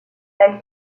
elle